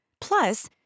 Plus